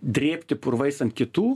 drėbti purvais ant kitų